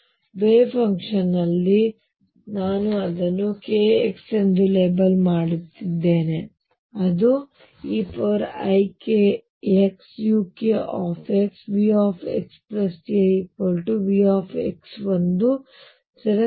ಈಗ ವೇವ್ ಫಂಕ್ಷನ್ನಲ್ಲಿ ನಾನು ಅದನ್ನು k x ಎಂದು ಲೇಬಲ್ ಮಾಡುತ್ತಿದ್ದೇನೆ ಅದು eikxuk V xa V ಒಂದು ಸ್ಥಿರಕ್ಕೆ ಸಮನಾಗಿದ್ದರೆ ಸರಿ